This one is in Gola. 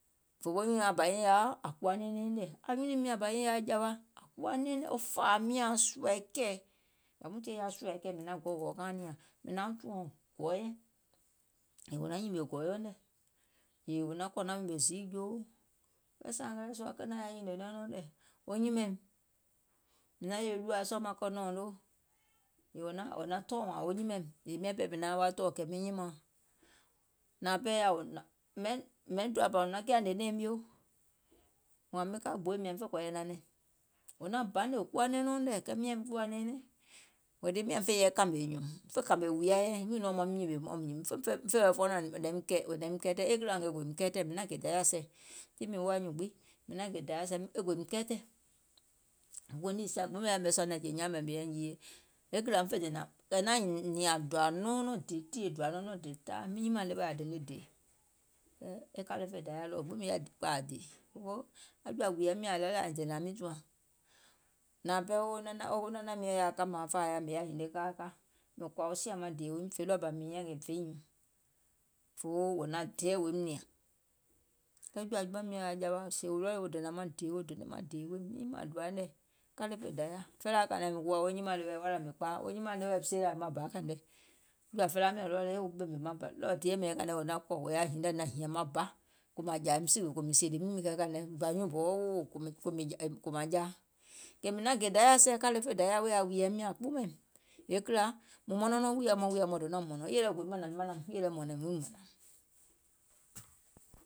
Fòfoo anyùùŋ nyaŋ bȧ nyiŋ yaȧa ȧŋ kuwa nɛɛnɛŋ nyiŋ nɛ̀, anyunùim nyȧŋ yaȧ jawa, kuwa nɛɛnɛŋ, wo kpȧì miàaŋ sùȧè nȧȧŋ sùȧè kɛ̀ɛ̀, yȧwuuŋ tìyèe yaȧ sùȧè kɛ̀ɛ̀ mìŋ naŋ gɔugɔ̀ù kauŋ nìȧŋ, mìŋ nauŋ tùɔ̀ŋ gɔɔyɛ, yèè wò naŋ nyìmè gɔ̀ɔ̀yɛuŋ nɛ̀, yèè wò naŋ kɔ̀ naŋ ɓèmè ziì joo, kɛɛ sȧȧmɛlɛɛ̀ sùȧ kenȧaŋ yaȧ nyìnìè nɛɛuŋ nɛ̀, wo nyìmȧȧìm, mìŋ naŋ yèwè ɗùȧa sɔɔ̀ maŋ kɔ̀ nɛ̀ɛ̀uŋ noo, yèè wò naŋ tɔɔ̀ kɛ̀ wo nyimȧȧìm, yèè miȧŋ ɓɛɛ mauŋ tɔɔ̀ kɛ̀ miŋ nyimȧȧùŋ, mɛ̀iŋ doa bȧ wò naŋ kiȧ hnè nɛ̀ɛ̀ŋ mio, wȧȧŋ miŋ ka gbooì mìȧŋ fè kɔ̀ɔ̀yɛ̀ nȧnɛ̀ŋ, wò naŋ banè kuwa nɛɛnɛuŋ nɛ̀, kɛɛ miȧŋ kuwȧ nɛɛnɛŋ, weètii miȧŋ fè yɛi kȧmè nyùùŋ, fè kȧmè wùìya yɛi, mìŋ naŋ gè dayȧ e sɛ̀ e gòim kɛɛtɛ̀, mìŋ naŋ gè dayȧ e sɛ̀, tiŋ mìŋ woȧ nyùùŋ gbiŋ, mìŋ naŋ gè dayȧ sɛ̀ e gòim kɛɛtɛ̀, fòfoo niì sìa gbiŋ mìŋ yaȧ yɛ̀mɛ̀ sùȧ nɛ̀ŋjè nyaȧŋ mɛ̀ mìŋ yȧiŋ jiiye, e kìlȧ miŋ fè dènȧŋ è naȧŋ nìȧŋ dòȧ nɔɔnɔŋ le tìyèe dòȧ nɔɔnɔŋ le taai miŋ nyìmȧȧŋ diè ȧŋ dene dèè, kɛɛ kȧle fè dayȧ ɗɔɔ gbiŋ mìŋ yaȧ kpȧȧ dèè, aŋ jɔ̀ȧ wùìyaim nyȧŋ ready aŋ miŋ dènȧŋ aŋ miŋ tùàŋ, nȧȧŋ pɛɛ wo nanȧŋ miɔ̀ŋ yaȧ kȧmȧȧŋ fȧȧ wɛɛ̀ mìŋ yaȧ hinie kaa ka, mìŋ kɔ̀ȧ wo sìȧ maŋ dèè woim fè ɗɔɔbȧ mìŋ hiȧŋ mìŋ fè nyiìŋ, fòfoo wò naŋ dɛɛ̀ woim nìȧŋ, wo jɔ̀ȧjɔùŋ miɔ̀ŋ yaȧ jawa, sèè wò ready wo dènȧŋ maŋ dèè, wo dènȧŋ maŋ dèè weèim, miŋ nyimȧȧŋ doaiŋ nɛ̀, kȧle fè dayȧ, felaaȧ kȧìŋ nɛ wo nyimȧȧŋ weather mìŋ kpaa wo nyimȧȧŋ ɗeweɛ̀ mìŋ seelȧ maŋ ba kȧìŋ nɛ, jɔ̀ȧ felaa miɔ̀ŋ wo ɓèmè maŋ ba taiŋ nɛ kàiŋ nɛ wò naŋ kɔ̀ wò yaȧ hinie wò naŋ hìɛ̀ŋ maŋ ba kòò mȧŋ yȧìm sìwè kòò mìŋ sèèlè mìŋ kaìŋ nɛ, mìŋ naŋ gè dayȧ e sɛ̀ aŋ wùìyaim nyȧŋ kpuumȧìm, mùŋ mɔnɔŋ nɔŋ wùìyȧ mɔɔ̀ŋ wùìyȧ mɔɔ̀ŋ dònȧum mɔ̀nɔ̀ŋ.